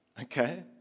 okay